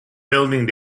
building